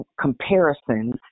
comparisons